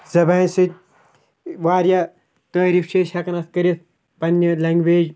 زبانہِ سٕتۍ واریاہ تعٲریٖف چھِ أسۍ ہٮ۪کان اَتھ کٔرِتھ پںٛنہِ لنٛگویج